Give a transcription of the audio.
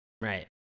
Right